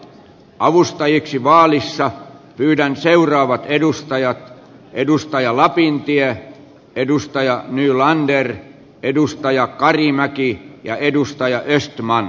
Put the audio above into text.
avustajiksi vaalissa pyydän seuraavat edustajat edustaja lapintie edusta ja nylanderin edustaja karimäki ja edustaja esitti maan